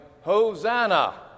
Hosanna